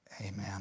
Amen